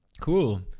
Cool